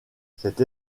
cette